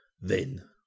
Then